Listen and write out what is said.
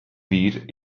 vier